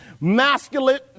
masculine